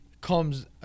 comes